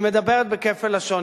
היא מדברת בכפל לשון,